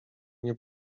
nie